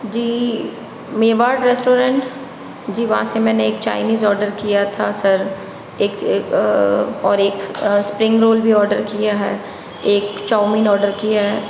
जी Mewar restaurant जी वहाँ से मैंने एक चाइनीज़ ऑर्डर किया था सर एक और एक स्प्रिंग रोल भी ऑर्डर किया है एक चाउमीन ऑर्डर किया है